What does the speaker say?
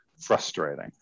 frustrating